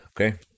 Okay